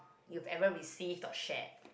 you've ever received or shared